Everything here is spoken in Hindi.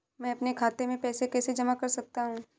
मैं अपने खाते में पैसे कैसे जमा कर सकता हूँ?